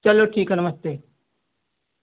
चलो ठीक है नमस्ते